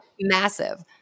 Massive